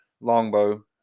longbow